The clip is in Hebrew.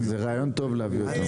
זה רעיון טוב להביא אותו.